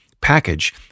package